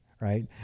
right